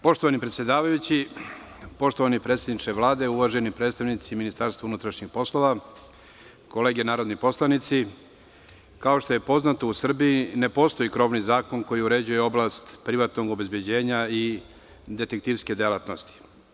Poštovani predsedavajući, poštovani predsedniče Vlade, uvaženi predstavnici Ministarstva unutrašnjih poslova, kolege narodni poslanici, kao što je poznato u Srbiji ne postoji krovni zakon koji uređuje oblast privatnog obezbeđenja i detektivske delatnosti.